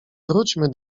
wróćmy